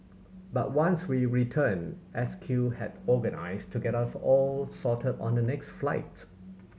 but once we returned S Q had organised to get us all sorted on the next flights